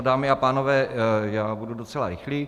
Dámy a pánové, budu docela rychlý.